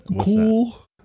cool